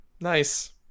Nice